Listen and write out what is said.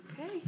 Okay